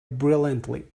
brilliantly